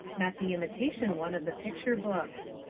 not the imitation one of the picture books.